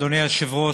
אדוני היושב-ראש,